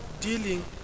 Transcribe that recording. dealing